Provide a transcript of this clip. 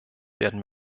werden